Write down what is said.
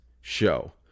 show